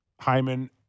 Hyman